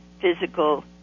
physical